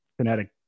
Kinetic